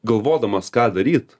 galvodamas ką daryt